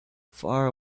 far